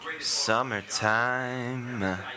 Summertime